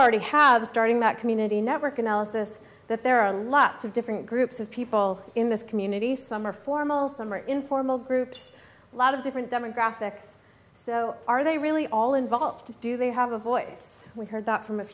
already have starting that community network analysis that there are lots of different groups of people in this community some are formal some are informal groups lot of different demographic so are they really all involved do they have a voice we heard that from